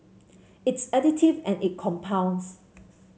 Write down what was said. it's additive and it compounds